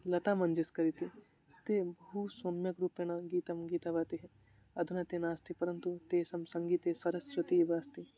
लतामन्गेशकर् इति ते बहु सम्यक्रूपेण गीतं गीतवती अधुना ते नास्ति परन्तु तेषां सङ्गीतं सरस्वती इव अस्ति